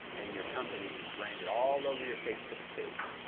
and your company just brand it all over your facebook page.